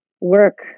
work